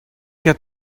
que